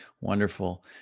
Wonderful